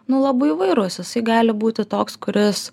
nu labai įvairus jisai gali būti toks kuris